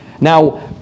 Now